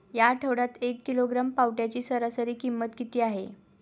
या आठवड्यात एक किलोग्रॅम पावट्याची सरासरी किंमत किती आहे?